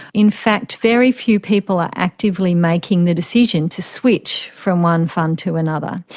in fact very few people are actively making the decision to switch from one fund to another.